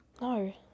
No